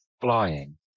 flying